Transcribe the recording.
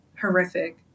horrific